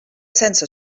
sense